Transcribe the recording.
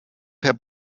per